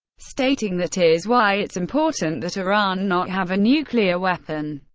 stating that is why it's important that iran not have a nuclear weapon.